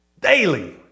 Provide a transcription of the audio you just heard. Daily